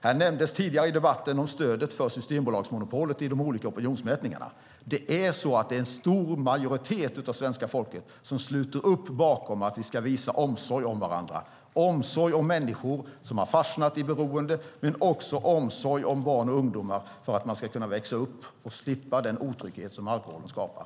Här nämndes tidigare i debatten stödet för Systembolagsmonopolet i de olika opinionsmätningarna. Det är en stor majoritet av svenska folket som sluter upp bakom att vi ska visa omsorg om varandra, omsorg om människor som har fastnat i beroende men också omsorg om barn och ungdomar så att de kan växa upp och slippa den otrygghet som alkoholen skapar.